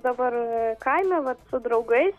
dabar kaime vat su draugais